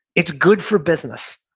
it's good for business.